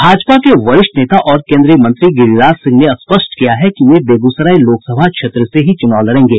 भाजपा के वरिष्ठ नेता और केन्द्रीय मंत्री गिरिराज सिंह ने स्पष्ट किया है कि वे बेगूसराय लोकसभा क्षेत्र से ही चुनाव लड़ेंगे